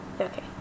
Okay